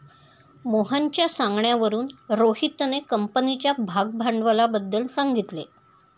मोहनच्या सांगण्यावरून रोहितने कंपनीच्या भागभांडवलाबद्दल सांगितले